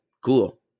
cool